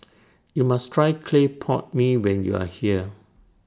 YOU must Try Clay Pot Mee when YOU Are here